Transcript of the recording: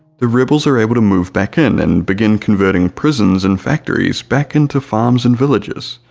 the rebels are able to move back in and begin converting prisons and factories back into farms and villages,